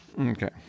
Okay